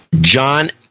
John